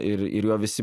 ir ir jo visi